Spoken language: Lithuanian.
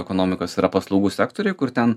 ekonomikos yra paslaugų sektoriuj kur ten